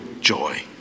joy